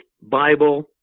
Bible